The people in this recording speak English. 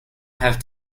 have